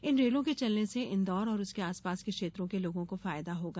इन रेलों के चलने से इंदौर और उसके आसपास के क्षेत्रों के लोगों को फायदा होगा